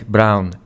Brown